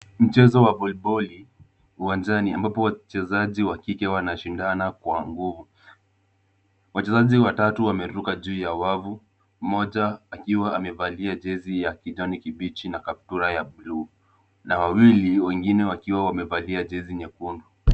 Mchezo wa voliboli, uwanjani, ambapo watejazaji wakike wanashindana kwa nguvu. Wachezaji watatu wameruka juu ya wavu, mmoja akiwa amevalia jezi ya kijani kibichi na kaptura ya buluu, na wawili wengine wakiwa wamevalia jezi nyekundu.